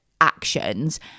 actions